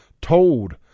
told